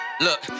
Look